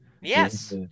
Yes